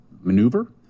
maneuver